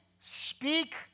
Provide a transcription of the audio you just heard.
speak